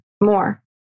more